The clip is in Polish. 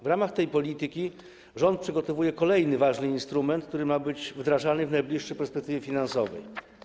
W ramach tej polityki rząd przygotowuje kolejny ważny instrument, który ma być wdrażany w najbliższej perspektywie finansowej.